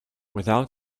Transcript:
without